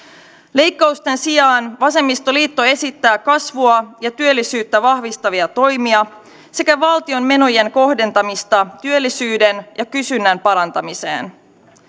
leikkausten sijaan vasemmistoliitto esittää kasvua ja työllisyyttä vahvistavia toimia sekä valtion menojen kohdentamista työllisyyden ja kysynnän parantamiseen